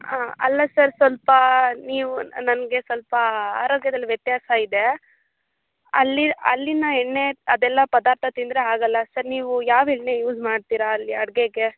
ಆ ಅಲ್ಲ ಸರ್ ಸ್ವಲ್ಪ ನೀವು ನನಗೆ ಸ್ವಲ್ಪ ಆರೋಗ್ಯದಲ್ಲಿ ವ್ಯತ್ಯಾಸ ಇದೆ ಅಲ್ಲಿ ಅಲ್ಲಿನ ಎಣ್ಣೆ ಅದೆಲ್ಲ ಪದಾರ್ಥ ತಿಂದರೆ ಆಗಲ್ಲ ಸರ್ ನೀವು ಯಾವ ಎಣ್ಣೆ ಯೂಸ್ ಮಾಡ್ತೀರಾ ಅಲ್ಲಿ ಅಡುಗೆಗೆ